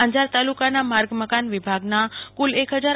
અંજાર તાલુકાના માર્ગ મકાન વિભાગના કુલ રૂ